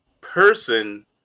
person